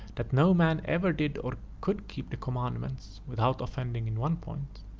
that no man ever did or could keep the commandments, without offending in one point.